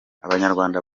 abanyarwanda